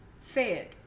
fed